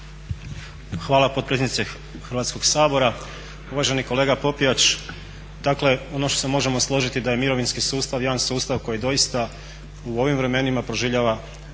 Hvala potpredsjednice Hrvatskoga sabora. Uvaženi kolega Popijač, dakle ono što se možemo složiti da je mirovinski sustav jedan sustav koji doista u ovim vremenima proživljava